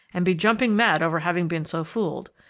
and be jumping mad over having been so fooled.